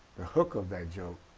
the hook of that joke